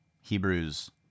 Hebrews